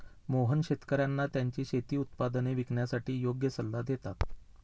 मोहन शेतकर्यांना त्यांची शेती उत्पादने विकण्यासाठी योग्य सल्ला देतात